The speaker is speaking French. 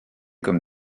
comme